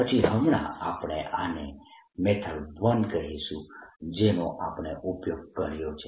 પરંતુ હમણાં આપણે આને મેથડ 1 કહીશું જેનો આપણે ઉપયોગ કર્યો છે